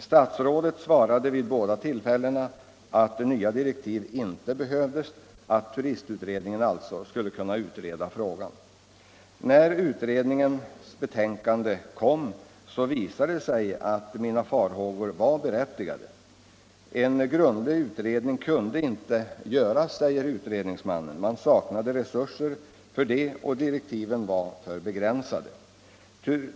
Statsrådet svarade vid båda tillfällena att nya direktiv inte behövdes — att turistutredningen alltså skulle kunna utreda frågan. När turistutredningens betänkande kom, visade det sig att mina farhågor var berättigade. En grundlig utredning kunde inte göras, sade utredningsmannen. Man saknade resurser för det och direktiven var för begränsade.